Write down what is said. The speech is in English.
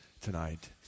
tonight